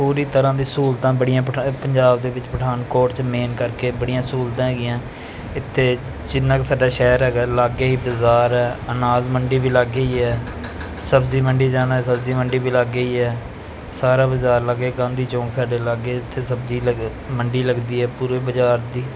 ਪੂਰੀ ਤਰ੍ਹਾਂ ਦੀ ਸਹੂਲਤਾਂ ਬੜੀਆਂ ਪਠਾ ਪੰਜਾਬ ਦੇ ਵਿੱਚ ਪਠਾਨਕੋਟ 'ਚ ਮੇਨ ਕਰਕੇ ਬੜੀਆਂ ਸਹੂਲਤਾਂ ਹੈਗੀਆਂ ਇੱਥੇ ਜਿੰਨਾ ਕੁ ਸਾਡਾ ਸ਼ਹਿਰ ਹੈਗਾ ਲਾਗੇ ਹੀ ਬਾਜ਼ਾਰ ਹੈ ਅਨਾਜ ਮੰਡੀ ਵੀ ਲਾਗੇ ਹੀ ਹੈ ਸਬਜ਼ੀ ਮੰਡੀ ਜਾਣਾ ਸਬਜ਼ੀ ਮੰਡੀ ਵੀ ਲਾਗੇ ਹੀ ਹੈ ਸਾਰਾ ਬਾਜ਼ਾਰ ਲਾਗੇ ਗਾਂਧੀ ਚੌਂਕ ਸਾਡੇ ਲਾਗੇ ਇੱਥੇ ਸਬਜ਼ੀ ਲੱਗ ਮੰਡੀ ਲੱਗਦੀ ਹੈ ਪੂਰੇ ਬਾਜ਼ਾਰ ਦੀ